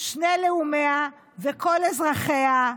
שני לאומיה וכל אזרחיה.